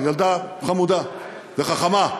ילדה חמודה וחכמה,